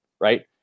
right